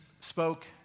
spoke